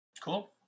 cool